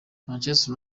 manchester